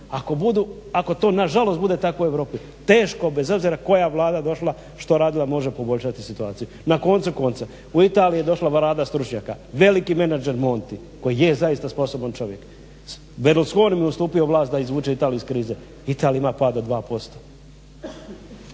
ako to nažalost bude tako u Europi teško bez obzira koja Vlada došla i što radila može poboljšati situaciju. Na koncu konca u Italiji je došla vlada stručnjaka, veliki menadžer Monti koji je zaista sposoban čovjek, Berlusconi mu je ustupio vlast da izvuče Italiju iz krize, Italija ima pad od 2%.